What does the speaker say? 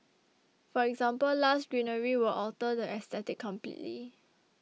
for example lush greenery will alter the aesthetic completely